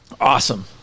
Awesome